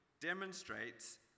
demonstrates